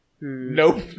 Nope